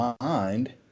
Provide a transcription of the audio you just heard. mind